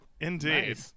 Indeed